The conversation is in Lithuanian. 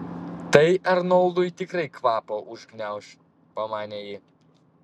tai arnoldui tikrai kvapą užgniauš pamanė ji